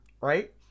right